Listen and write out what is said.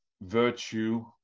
virtue